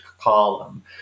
column